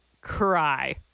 cry